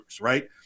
right